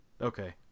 okay